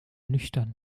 nüchtern